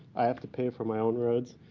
i have to pay for my own roads.